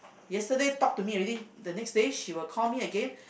yesterday talked to me already the next day she will call me again